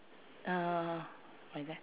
uh